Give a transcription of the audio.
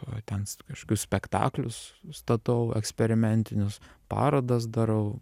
o ten s kažkokius spektaklius statau eksperimentinius parodas darau